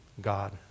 God